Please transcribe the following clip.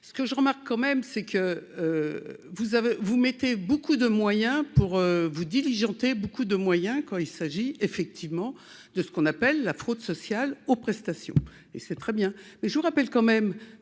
Ce que je remarque quand même c'est que vous avez, vous mettez beaucoup de moyens pour vous diligentée beaucoup de moyens quoi il s'agit effectivement de ce qu'on appelle la fraude sociale aux prestations et c'est très bien, mais je vous rappelle quand même